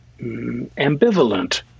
ambivalent